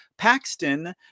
Paxton